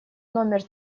номер